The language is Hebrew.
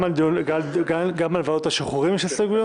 גם על ועדות השחרורים יש הסתייגויות?